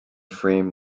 frame